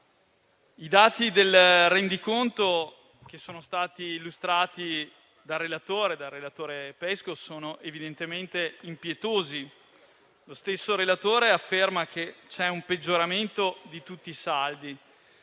i dati del rendiconto illustrati dal relatore Pesco sono evidentemente impietosi. Lo stesso relatore afferma che c'è un peggioramento di tutti i saldi.